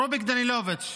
רוביק דנילוביץ'.